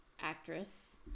actress